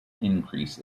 increase